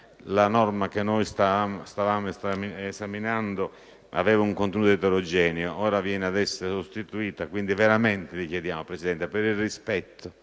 la norma che noi stavamo esaminando aveva un contenuto eterogeneo, ora viene ad essere sostituita. Quindi, Presidente, le chiediamo veramente, per il rispetto